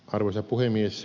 arvoisa puhemies